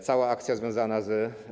Cała akcja związana z.